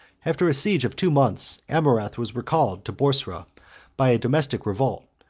after a siege of two months, amurath was recalled to boursa by a domestic revolt,